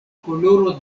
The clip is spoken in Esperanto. koloro